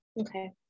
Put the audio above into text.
okay